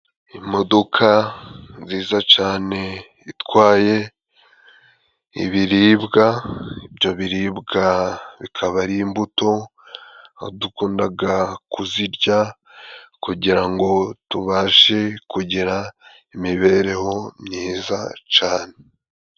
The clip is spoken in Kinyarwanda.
Imodoka nziza cane itwaye ibiribwa. Ibyo biribwa bikaba ari imbuto dukundaga kuzirya kugira ngo tubashe kugira imibereho myiza cane.